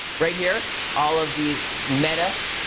right here, all of these meta